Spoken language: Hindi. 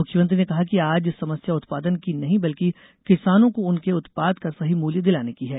मुख्यमंत्री ने कहा कि आज समस्या उत्पादन की नही बल्कि किसानों को उनके उत्पाद का सही मूल्य दिलाने की है